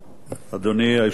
אדוני היושב-ראש,